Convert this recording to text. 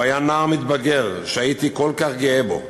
הוא היה נער מתבגר שהייתי כל כך גאה בו.